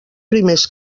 primers